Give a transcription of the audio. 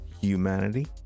humanity